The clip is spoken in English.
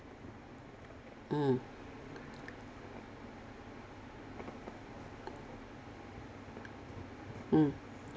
mm mm